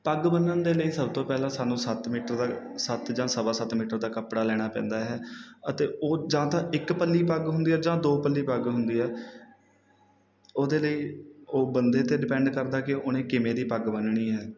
ਪੱਗ ਬੰਨ੍ਹਣ ਦੇ ਲਈ ਸਭ ਤੋਂ ਪਹਿਲਾਂ ਸਾਨੂੰ ਸੱਤ ਮੀਟਰ ਦਾ ਸੱਤ ਜਾਂ ਸਵਾ ਸੱਤ ਮੀਟਰ ਦਾ ਕੱਪੜਾ ਲੈਣਾ ਪੈਂਦਾ ਹੈ ਅਤੇ ਉਹ ਜਾਂ ਤਾਂ ਇੱਕ ਪੱਲੀ ਪੱਗ ਹੁੰਦੀ ਹੈ ਜਾਂ ਦੋ ਪੱਲੀ ਪੱਗ ਹੁੰਦੀ ਹੈ ਉਹਦੇ ਲਈ ਉਹ ਬੰਦੇ 'ਤੇ ਡਿਪੈਂਡ ਕਰਦਾ ਕਿ ਉਹਨੇ ਕਿਵੇਂ ਦੀ ਪੱਗ ਬੰਨ੍ਹਣੀ ਹੈ